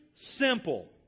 simple